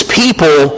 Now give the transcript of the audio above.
people